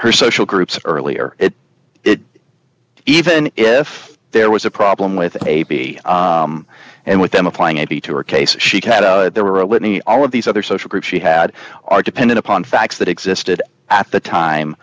her social groups earlier if it even if there was a problem with a b and with them applying it be to her case she had there were a lineage all of these other social groups she had are depended upon facts that existed at the time